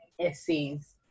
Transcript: essays